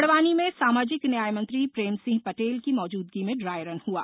बड़वानी में सामाजिक न्याय मंत्री प्रेमसिंह पटेल की मौजूदगी में ड्राईरन हुआ